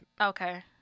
Okay